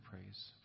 praise